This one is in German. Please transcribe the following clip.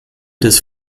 des